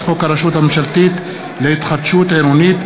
חוק הרשות הממשלתית להתחדשות עירונית,